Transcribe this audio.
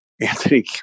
Anthony